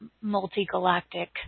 multi-galactic